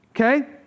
okay